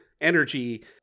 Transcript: energy